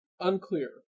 Unclear